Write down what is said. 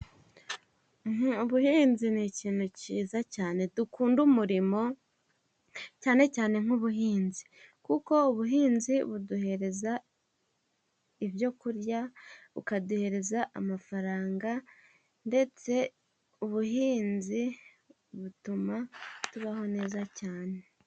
Ubuhinzi n'ikintu cyiza cyane dukunde umurimo cyane cyane n'ubuhinzi, kuko ubuhinzi buduhereza ibyo kurya, bukaduhereza amafaranga. Ndetse ubuhinzi butuma tubaho neza cyane.